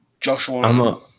Joshua